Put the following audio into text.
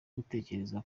gutegereza